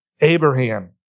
abraham